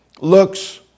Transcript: looks